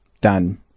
done